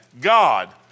God